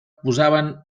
posaven